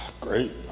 Great